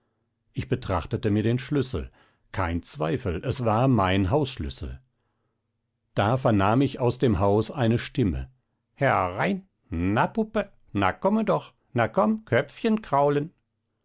ich betrachtete mir den schlüssel kein zweifel es war mein hausschlüssel da vernahm ich aus dem haus eine stimme her rein na puppe na komme doch na komm köpfchen kraulen